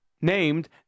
named